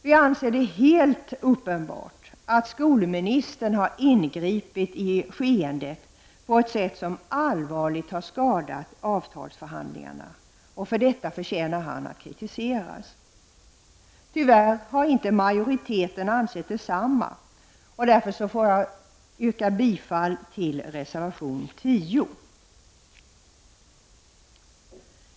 Vi anser att det är helt uppenbart att skolministern har ingripit i skeendet på ett sätt som allvarligt har skadat avtalsförhandlingarna. Och för detta förtjänar han att kritiseras. Tyvärr har majoriteten inte ansett detsamma. Därför yrkar jag bifall till reservation 10. Herr talman!